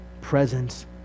presence